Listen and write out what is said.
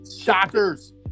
Shockers